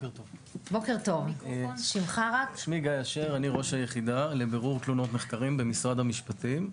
אני ראש היחידה לבירור תלונות נחקרים במשרד המשפטים.